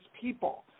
people